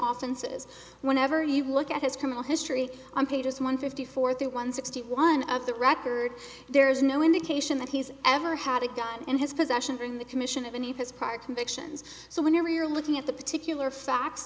often says whenever you look at his criminal history on pages one fifty four through one sixty one of the record there is no indication that he's ever had a gun in his possession or in the commission of any has part convictions so when you're looking at the particular facts